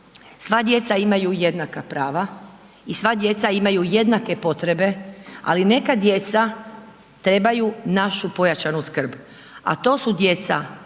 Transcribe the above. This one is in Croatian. sva djeca imaju jednaka prava i sva djeca imaju jednake potrebe ali neka djeca trebaju našu pojačanu skrb a to su djeca